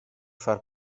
far